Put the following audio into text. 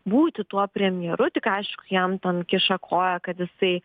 būti tuo premjeru tik aišku jam ten kiša koją kad jisai